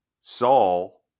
Saul